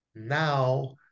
now